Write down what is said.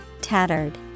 tattered